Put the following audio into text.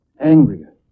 Angrier